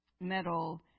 metal